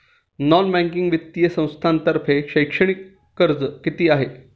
Non banking वित्तीय संस्थांतर्फे शैक्षणिक कर्ज किती आहे?